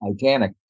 Titanic